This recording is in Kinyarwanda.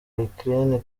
ukraine